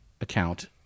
account